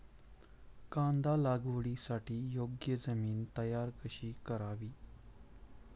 कांदा लागवडीसाठी योग्य जमीन तयार कशी करावी?